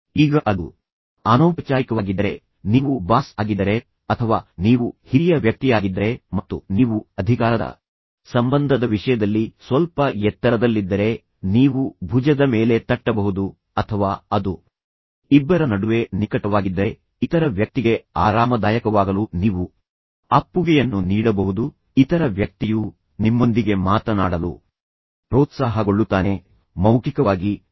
ಈಗ ಅದು ಅನೌಪಚಾರಿಕವಾಗಿದ್ದರೆ ನೀವು ಬಾಸ್ ಆಗಿದ್ದರೆ ಅಥವಾ ನೀವು ಹಿರಿಯ ವ್ಯಕ್ತಿಯಾಗಿದ್ದರೆ ಮತ್ತು ನೀವು ಅಧಿಕಾರದ ಸಂಬಂಧದ ವಿಷಯದಲ್ಲಿ ಸ್ವಲ್ಪ ಎತ್ತರದಲ್ಲಿದ್ದರೆ ನೀವು ಭುಜದ ಮೇಲೆ ತಟ್ಟಬಹುದು ಅಥವಾ ಅದು ಇಬ್ಬರ ನಡುವೆ ನಿಕಟವಾಗಿದ್ದರೆ ಇತರ ವ್ಯಕ್ತಿಗೆ ಆರಾಮದಾಯಕವಾಗಲು ನೀವು ಅಪ್ಪುಗೆಯನ್ನು ನೀಡಬಹುದು ನೀವು ಹಾಗೆ ಮಾಡುವಾಗ ನೀವು ನಡುವೆ ಮಾಡಬಹುದು ಇತರ ವ್ಯಕ್ತಿಯು ನಿಮ್ಮೊಂದಿಗೆ ಮಾತನಾಡಲು ಪ್ರೋತ್ಸಾಹಗೊಳ್ಳುತ್ತಾನೆ ಇನ್ನೊಬ್ಬ ವ್ಯಕ್ತಿಯು ನಿಮ್ಮಲ್ಲಿ ಉತ್ಸಾಹವನ್ನು ಅನುಭವಿಸುತ್ತಾನೆ